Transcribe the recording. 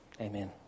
Amen